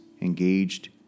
engaged